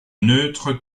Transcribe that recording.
neutre